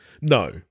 No